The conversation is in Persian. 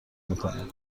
میکنیم